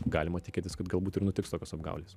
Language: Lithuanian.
galima tikėtis kad galbūt ir nutiks tokios apgaulės